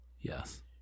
Yes